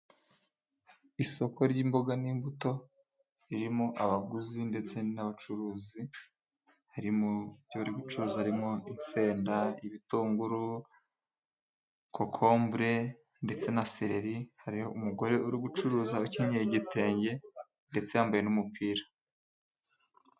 Isoko ry' imboga n' imbuto ririmo abaguzi, ndetse n' abacuruzi, harimo ibyo gucuruza, harimo itsenda, ibitunguru, kokombure ndetse na seleri, hari umugore uri gucuruza ukenyeye igitenge, ndetse yambaye n' umupira.